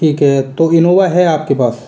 ठीक है तो इनोवा है आपके पास